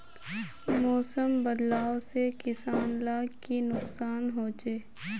मौसम बदलाव से किसान लाक की नुकसान होचे?